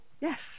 Yes